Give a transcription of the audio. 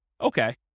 Okay